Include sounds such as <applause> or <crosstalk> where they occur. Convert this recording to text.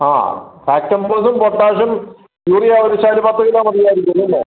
ആ ഫാക്റ്റംഫോസും potassium urea ഒരു <unintelligible> പത്ത് കിലോ മതിയായിരിക്കും അല്ലെ